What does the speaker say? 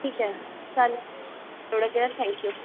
ठीक आहे चल एवढं केलं थँक्यू